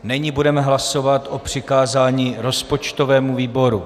Není budeme hlasovat o přikázání rozpočtovému výboru.